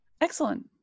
Excellent